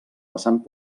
vessant